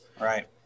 Right